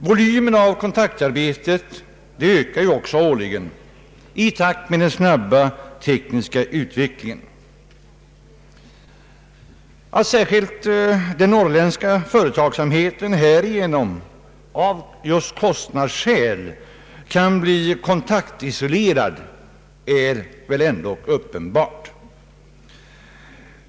Volymen av kontaktarbetet ökar också årligen i takt med den snabba tekniska utvecklingen. Att särskilt den norrländska företagsamheten härigenom av just kostnadsskäl kan bli kontaktisolerad är väl uppenbart.